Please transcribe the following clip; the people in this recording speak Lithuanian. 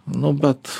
nu bet